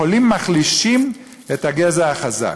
החולים מחלישים את הגזע החזק.